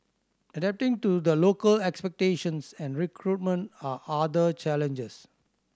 adapting to the local expectations and recruitment are other challenges